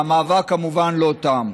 והמאבק כמובן לא תם.